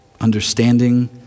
understanding